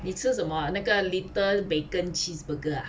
你吃什么那个 little bacon cheeseburger ah